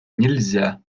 нельзя